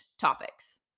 topics